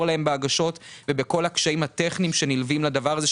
להם בהגשות ובכל הקשיים הטכניים שנלווים לדבר הזה,